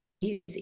easy